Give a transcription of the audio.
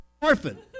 orphan